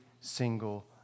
single